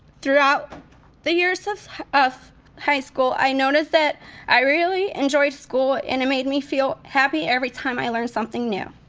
throughout the years of of high school i noticed that i really enjoyed school and it made me feel happy every time i learned something new.